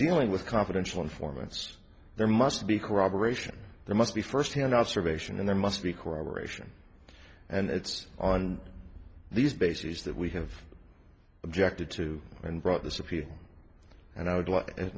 dealing with confidential informants there must be corroboration there must be first hand observation and there must be corroboration and it's on these bases that we have objected to and brought this appeal and i would like